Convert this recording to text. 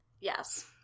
Yes